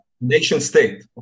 nation-state